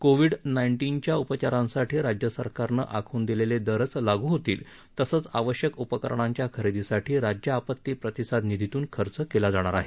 Covid नाइन्टीनच्या उपचारांसाठी राज्य सरकारनं आखून दिलेले दरच लागू होतील तसंच आवश्यक उपकरणांच्या खरेदीसाठी राज्य आपत्ती प्रतिसाद निधीतून खर्च केला जाणार आहे